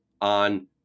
on